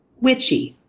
wichi,